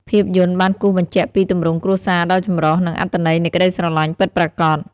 ភាពយន្តបានគូសបញ្ជាក់ពីទម្រង់គ្រួសារដ៏ចម្រុះ និងអត្ថន័យនៃក្ដីស្រឡាញ់ពិតប្រាកដ។